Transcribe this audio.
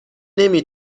نمی